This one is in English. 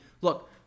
look—